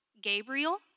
Gabriel